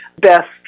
best